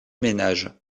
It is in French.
ménages